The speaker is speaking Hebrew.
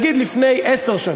נגיד לפני עשר שנים,